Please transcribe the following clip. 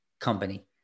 company